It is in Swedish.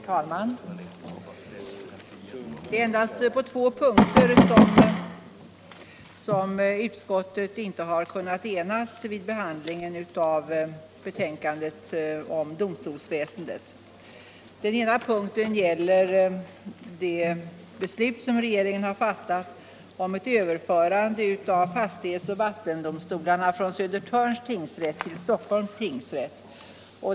Herr talman! Det är endast på två punkter som utskottet inte har kunnat enas vid behandlingen av betänkandet om domstolsväsendet. Den ena punkten gäller det beslut som regeringen har fattat om ett överförande av fastighetsoch vattendomstolen från Södertörns tingsrätt till Stockholms tingsrätt.